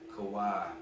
Kawhi